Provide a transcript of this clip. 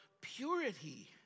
purity